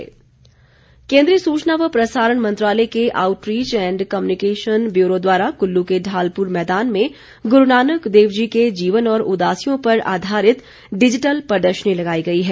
प्रदर्शनी केन्द्रीय सूचना व प्रसारण मंत्रालय के आउटरीच एंड कम्यूनिकेशन ब्यूरो द्वारा कल्लू के ढालपुर मैदान में गुरू नानक देव जी के जीवन और उदासियों पर आधारित डिजिटल प्रदर्शनी लगाई गई है